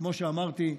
כמו שאמרתי,